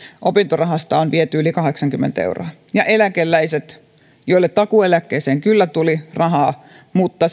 opintorahasta on viety yli kahdeksankymmentä euroa eläkeläiset joille takuueläkkeeseen kyllä tuli rahaa mutta